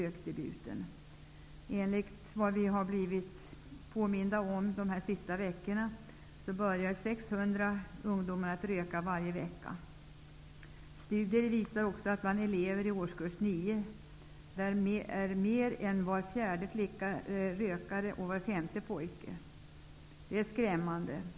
Under de senaste veckorna har vi blivit påminda om att det är 600 ungdomar i veckan som börjar röka. Beträffande elever i årskurs 9 visar studier att mer än var fjärde rökare är flicka och var femte är pojke. Detta är skrämmande.